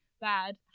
bad